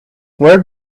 where